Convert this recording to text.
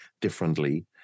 differently